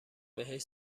بهش